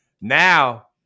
now